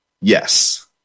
yes